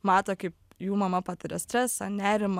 mato kaip jų mama patiria stresą nerimą